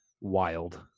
wild